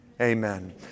Amen